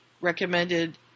recommended